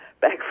back